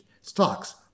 stocks